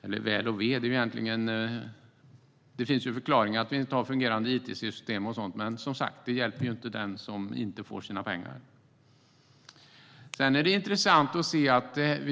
Jag säger väl och ve, men det finns förklaringar om att vi inte har fungerande it-system och så vidare. Men, som sagt, det hjälper inte den som inte får sina pengar. Vi